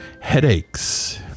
headaches